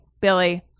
Billy